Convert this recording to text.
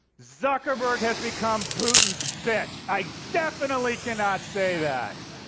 zuckerberg has become putin's bitch. i definitely cannot say that.